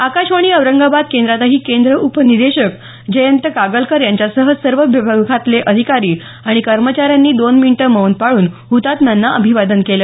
आकाशवाणी औरंगाबाद केंद्रातही केंद्र उप निदेशक जयंत कागलकर यांच्यासह सर्व विभागातले अधिकारी आणि कर्मचाऱ्यांनी दोन मिनिटं मौन पाळून हुतात्म्यांना अभिवादन केलं